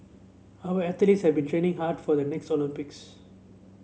our athletes have been training hard for the next Olympics